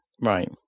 Right